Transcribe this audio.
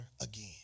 again